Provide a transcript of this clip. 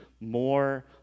more